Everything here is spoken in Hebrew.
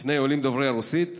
לפני עולים דוברי רוסית,